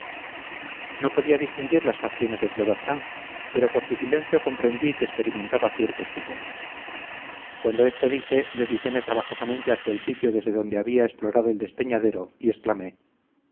no podía distinguir las facciones de plobertin pero por su silencio comprendí que experimentaba cierto estupor cuando esto dije desliceme trabajosamente hacia el sitio desde donde había explorado el despeñadero y